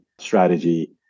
strategy